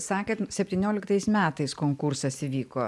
sakėt septynioliktais metais konkursas įvyko